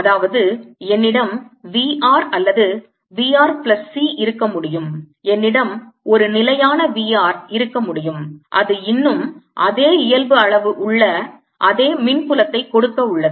அதாவது என்னிடம் V r அல்லது V r பிளஸ் C இருக்க முடியும் என்னிடம் ஒரு நிலையான V r இருக்க முடியும் அது இன்னும் அதே இயல்பு அளவு உள்ள அதே மின் புலத்தை கொடுக்க உள்ளது